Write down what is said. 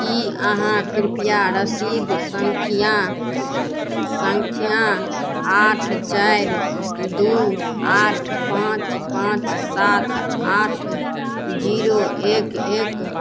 की अहाँ कृपया रसीद सङ्ख्या सङ्ख्या आठ चारि दू आठ पाँच पाँच सात आठ जीरो एक एक